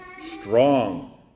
strong